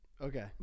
Okay